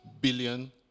billion